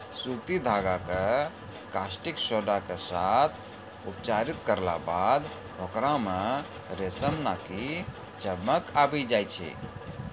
सूती धागा कॅ कास्टिक सोडा के साथॅ उपचारित करला बाद होकरा मॅ रेशम नाकी चमक आबी जाय छै